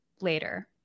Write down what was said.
later